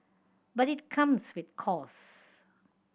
but it comes with costs